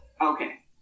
Okay